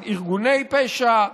ארגוני פשע.